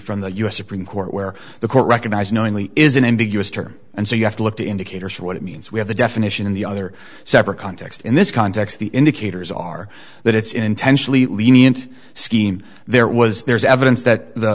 from the u s supreme court where the court recognized knowingly is an ambiguous term and so you have to look to indicators of what it means we have the definition in the other separate context in this context the indicators are that it's intentionally lenient scheme there was there is evidence that the